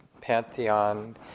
pantheon